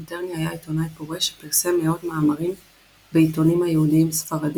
מיטרני היה עיתונאי פורה שפרסם מאות מאמרים בעיתונים היהודים-ספרדיים